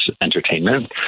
entertainment